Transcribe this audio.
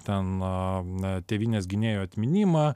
ten na tėvynės gynėjų atminimą